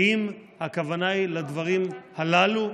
האם הכוונה היא לדברים הללו,